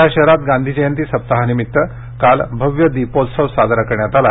वर्धा शहरात गांधीजयंती सप्ताहानिमित्त काल भव्य दीपोत्सव साजरा करण्यात आला